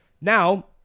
Now